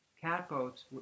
catboats